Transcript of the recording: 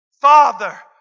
Father